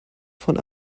von